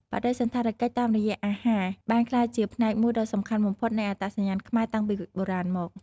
បដិសណ្ឋារកិច្ចតាមរយៈអាហារបានក្លាយជាផ្នែកមួយដ៏សំខាន់បំផុតនៃអត្តសញ្ញាណខ្មែរតាំងពីបុរាណមក។